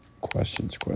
Questions